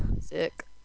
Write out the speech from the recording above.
sick